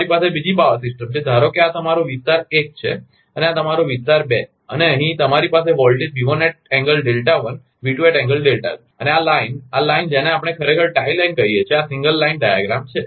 તમારી પાસે બીજી પાવર સિસ્ટમ છે ધારો કે આ તમારો વિસ્તાર એક છે અને આ તમારો વિસ્તાર બે છે અને અહીં તમારી પાસે વોલ્ટેજ છે અને આ લાઇન આ લાઈન જેને આપણે ખરેખર ટાઇ લાઈન કહીએ છીએ આ સિંગલ લાઇન ડાયાગ્રામ છે